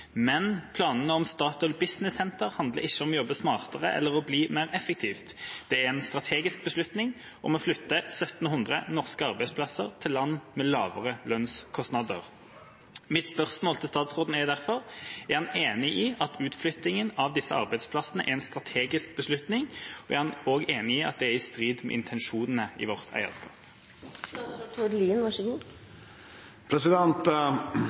Men Statoil Business Center handler ikke om å jobbe smartere eller å bli mer effektiv, det er en strategisk beslutning om å flytte 1 700 norske arbeidsplasser til land med lavere lønnskostnader. Er statsråden enig i at utflytting av disse arbeidsplassene er en strategisk beslutning, og er han enig i at dette er i strid med intensjonene i vårt eierskap?»